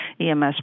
EMS